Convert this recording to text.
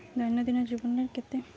ଦୈନନ୍ଦିନ ଜୀବନରେ କେତେ